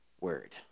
word